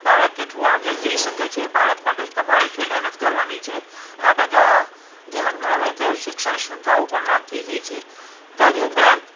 બાળક કેટલું આગળ જઈ શકે છે બાળક માટે તમારે શું મહેનત કરવાની છે આ બધા ધ્યાન હવે તો શિક્ષણ સંસ્થાઓ પણ રાખતી થઈ છે તદુપરાંત